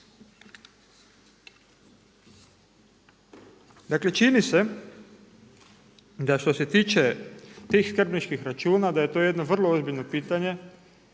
Dakle, čini se da što se tiče tih skrbničkih računa da je to jedno vrlo ozbiljno pitanje,